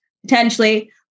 potentially